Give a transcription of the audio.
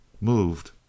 Moved